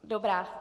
Dobrá.